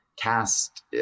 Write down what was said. cast